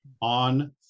On